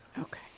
Okay